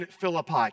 Philippi